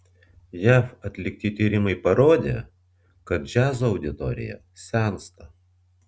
jav atlikti tyrimai parodė kad džiazo auditorija sensta